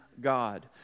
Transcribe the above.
God